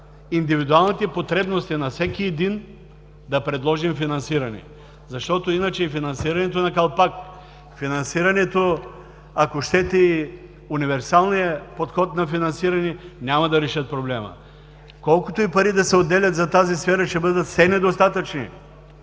индивидуалните потребности на всеки един да предложим финансиране. Защото иначе и финансирането на калпак, финансирането, ако щете, и универсалния подход на финансиране, няма да решат проблема. Колкото и пари да се отделят за тази сфера, ще бъдат все недостатъчни.